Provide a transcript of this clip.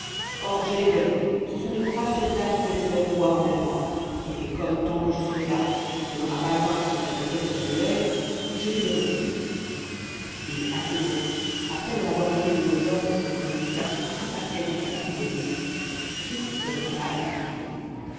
or je les connais ce sont de braves soldats qui connaissent leur devoir envers moi et comme tant que je serai là il n'y en aurait pas un qui se permettrait de fermer l'œil je vais me retirer et à ces mots après leur avoir donné le mot d'ordre pour qu'ils ne fussent pas surpris par quelque patrouille ennemie fritz se retira effectivement